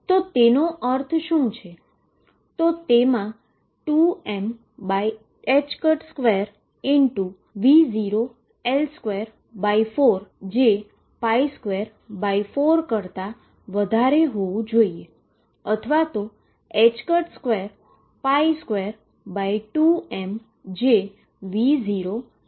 તો તેનો અર્થ શું છે તો તે તેમા 2m2 V0L24 જે 24 કરતા વધારે હોવુ જોઈએ અથવા 222m જે V0L2 કરતા વધારે હોવું જોઈએ